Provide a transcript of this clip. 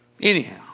Anyhow